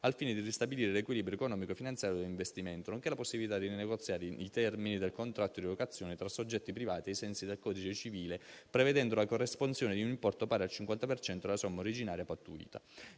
al fine di ristabilire l'equilibrio economico-finanziario dell'investimento, nonché la possibilità di rinegoziare i termini del contratto di locazione tra soggetti privati ai sensi del codice civile, prevedendo la corresponsione di un importo pari al 50 per cento della somma originaria pattuita.